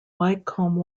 wycombe